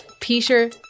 Peter